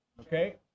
Okay